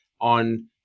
on